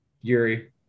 yuri